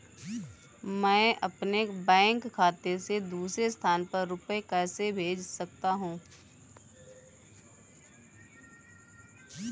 मैं अपने बैंक खाते से दूसरे स्थान पर रुपए कैसे भेज सकता हूँ?